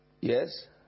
Yes